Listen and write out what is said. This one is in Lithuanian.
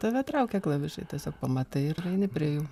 tave traukia klavišai tiesiog pamatai ir eini prie jų